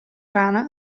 rana